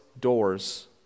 doors